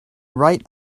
right